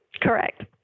Correct